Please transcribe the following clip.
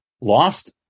Lost